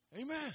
Amen